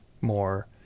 more